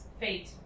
Fate